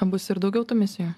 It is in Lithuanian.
bus ir daugiau tų misijų